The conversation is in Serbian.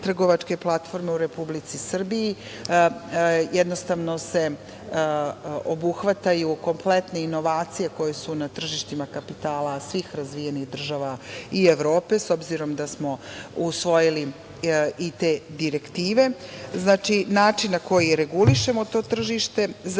trgovačke platforme u Republici Srbiji, jednostavno se obuhvataju kompletne inovacije koje su na tržištima kapitala svih razvijenih država i Evrope, s obzirom da smo usvojili i te direktive. Znači, način na koji regulišemo to tržište. Zatim,